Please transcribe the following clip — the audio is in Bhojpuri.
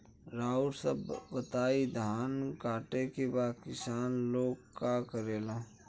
रउआ सभ बताई धान कांटेके बाद किसान लोग का करेला?